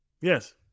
Yes